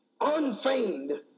Unfeigned